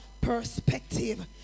perspective